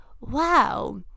wow